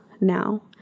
now